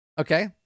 okay